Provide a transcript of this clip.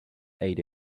ate